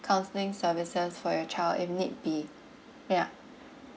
counselling services for your child if need be yeah